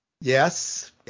Yes